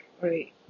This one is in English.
Right